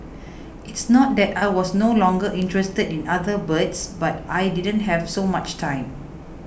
it's not that I was no longer interested in other birds but I didn't have so much time